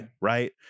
right